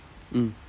mm